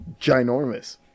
ginormous